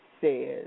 says